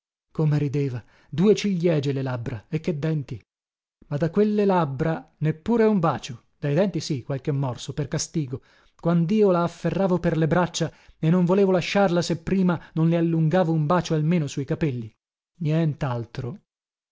come rideva due ciriege le labbra e che denti ma da quelle labbra neppure un bacio dai denti sì qualche morso per castigo quandio la afferravo per le braccia e non volevo lasciarla se prima non le allungavo un bacio almeno su i capelli